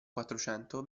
quattrocento